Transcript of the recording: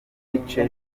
bice